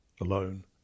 alone